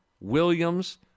Williams